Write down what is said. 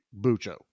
bucho